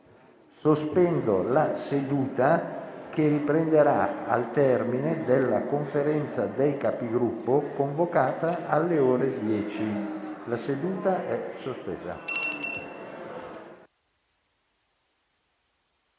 Sospendo la seduta, che riprenderà al termine della Conferenza dei Capigruppo, convocata alle ore 10. *(La seduta, sospesa